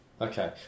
Okay